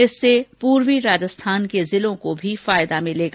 इससे पूर्वी राजस्थान के जिलों को भी लाभ होगा